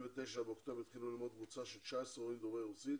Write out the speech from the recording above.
ב-29 באוקטובר התחילה ללמוד קבוצה של 19 הורים דוברי רוסית